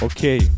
Okay